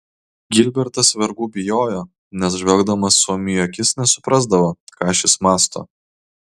gilbertas vergų bijojo nes žvelgdamas suomiui į akis nesuprasdavo ką šis mąsto